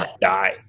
die